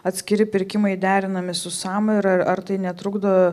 atskiri pirkimai derinami su sam ir ar ar tai netrukdo